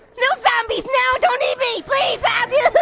no, zombies! no, don't eat me! please!